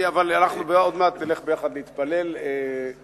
אבל אנחנו עוד מעט נלך יחד להתפלל שחרית.